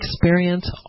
experience